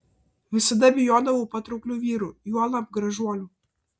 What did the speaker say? visada bijodavau patrauklių vyrų juolab gražuolių